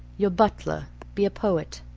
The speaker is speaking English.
your butler be a poet.